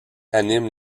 animent